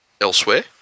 elsewhere